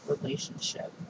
relationship